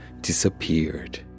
disappeared